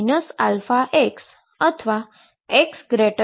જે આપણુ સમીકરણ નંબર 1 છે